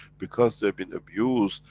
because they've been abused,